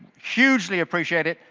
hugely appreciate it.